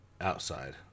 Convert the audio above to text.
outside